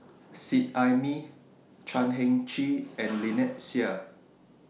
Seet Ai Mee Chan Heng Chee and Lynnette Seah